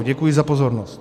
Děkuji za pozornost.